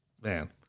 man